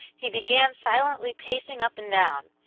he began silently pacing up and down,